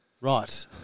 Right